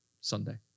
Sunday